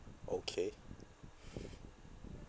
okay